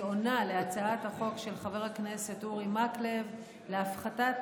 אני עונה על הצעת החוק של חבר הכנסת אורי מקלב להפחתת